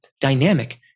dynamic